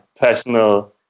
personal